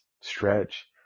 stretch